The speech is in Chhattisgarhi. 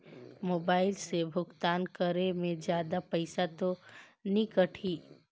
मोबाइल से भुगतान करे मे जादा पईसा तो नि कटही?